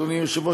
אדוני היושב-ראש,